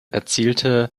erzielte